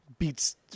Beats